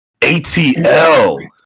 ATL